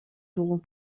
dugu